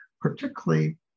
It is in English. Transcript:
particularly